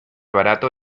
barato